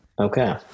Okay